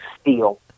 Steal